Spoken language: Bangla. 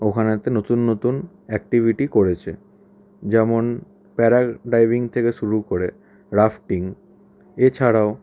ওখানে তো নতুন নতুন অ্যাক্টিভিটি করেছে যেমন প্যারা ডাইভিং থেকে শুরু করে রাফটিং এছাড়াও